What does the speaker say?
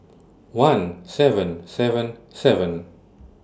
one seven seven seven